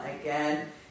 again